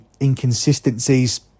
inconsistencies